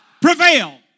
prevail